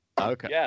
Okay